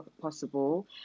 possible